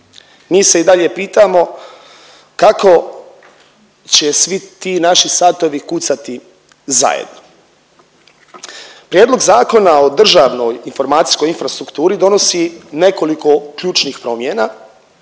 mi se i dalje pitamo kako će svi ti naši satovi kucati zajedno. Prijedlog zakona o Državnoj informacijskoj infrastrukturi donosi nekoliko ključnih promjena